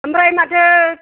ओमफ्राय माथो